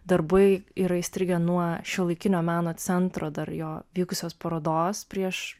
darbai yra įstrigę nuo šiuolaikinio meno centro dar jo vykusios parodos prieš